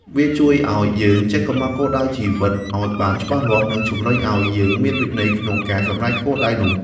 វាជួយឱ្យយើងចេះកំណត់គោលដៅជីវិតឱ្យបានច្បាស់លាស់ និងជំរុញឱ្យយើងមានវិន័យក្នុងការសម្រេចគោលដៅនោះ។